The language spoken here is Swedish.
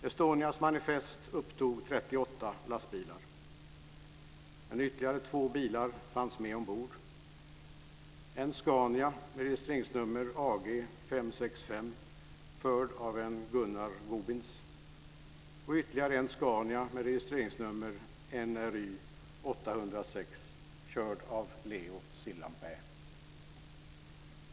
Estonias manifest upptog 38 lastbilar, men ytterligare två bilar fanns med ombord, en Scania med registreringsnummer AG 565, förd av en Gunnar 806, körd av Leo Sillanpää.